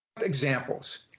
examples